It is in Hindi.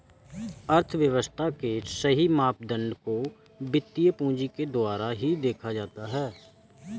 अर्थव्यव्स्था के सही मापदंड को वित्तीय पूंजी के द्वारा ही देखा जाता है